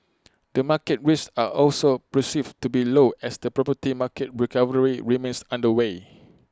the market risks are also perceived to be low as the property market recovery remains underway